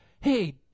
hey